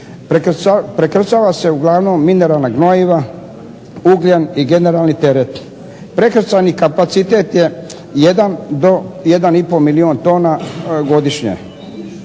Prekrcavaju se uglavnom mineralna gnojiva, ugljen i generalni teret. Prekrcani kapacitet je 1 do 1,5 milijun tona godišnje.